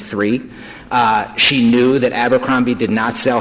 three she knew that abercrombie did not s